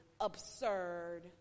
absurd